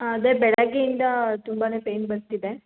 ಅದೇ ಬೆಳಗ್ಗೆಯಿಂದ ತುಂಬಾನೇ ಪೈನ್ ಬರ್ತಿದೆ